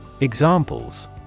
Examples